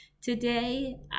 Today